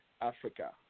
Africa